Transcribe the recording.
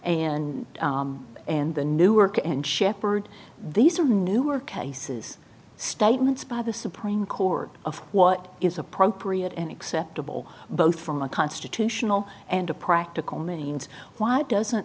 and and the newark and shepherd these are new are cases statements by the supreme court of what is appropriate and acceptable both from a constitutional and a practical means why doesn't